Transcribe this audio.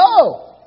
Go